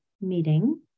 meeting